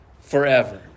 forever